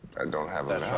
i don't have